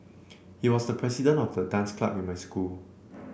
he was the president of the dance club in my school